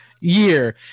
year